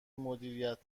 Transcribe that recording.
مدیریت